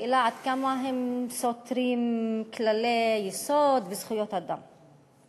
לשאלה עד כמה הם סותרים כללי יסוד וזכויות אדם.